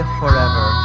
forever